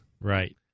Right